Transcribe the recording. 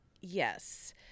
Yes